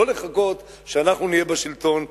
לא לחכות שאנחנו נהיה בשלטון,